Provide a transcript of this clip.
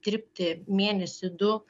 dirbti mėnesį du